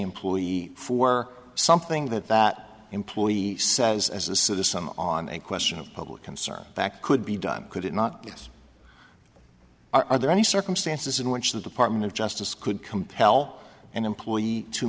employee for something that that employee says as a citizen on a question of public concern back could be done could it not yes are there any circumstances in which the department of justice could compel an employee to